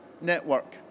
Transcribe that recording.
network